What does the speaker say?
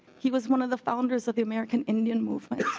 he was one of the founders of the american indian movement.